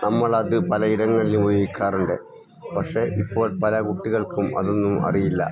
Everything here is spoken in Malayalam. നമ്മളത് പല ഇടങ്ങളിൽ ഉപയോഗിക്കാറുണ്ട് പക്ഷെ ഇപ്പോൾ പല കുട്ടികൾക്കും അതൊന്നും അറിയില്ല